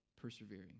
persevering